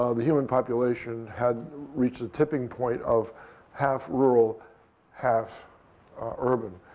ah the human population had reached a tipping point of half rural half urban.